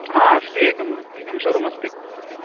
हा अस्ति एकम् एकं शोरूम् अस्ति सत्यम्